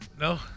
No